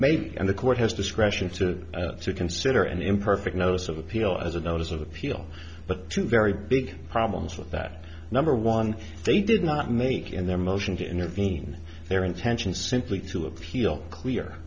made and the court has discretion to consider an imperfect notice of appeal as a notice of appeal but two very big problems with that number one they did not make in their motion to intervene their intention simply to appeal clear